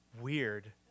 weird